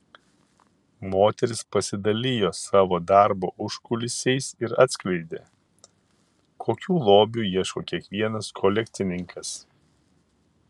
moteris pasidalijo savo darbo užkulisiais ir atskleidė kokių lobių ieško kiekvienas kolekcininkas